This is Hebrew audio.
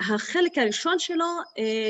החלק הראשון שלו,